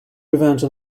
revenge